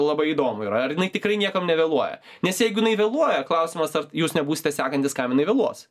labai įdomu ir ar tikrai niekam nevėluoja nes jeigu jinai vėluoja klausimas ar jūs nebūsite sekantis kam jinai vėluos